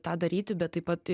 tą daryti bet taip pat